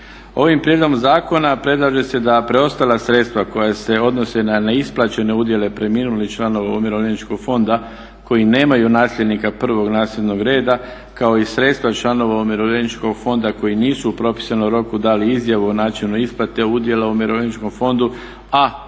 Ovim prijedlogom zakona predlaže se da preostala sredstva koja se odnose na neisplaćene udjele preminulih članova Umirovljeničkog fonda koji nemaju nasljednika prvog nasljednog reda kao i sredstva članova Umirovljeničkog fonda koji nisu u propisanom roku dali izjavu o načinu isplate udjela u Umirovljeničkom fondu a